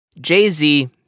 Jay-Z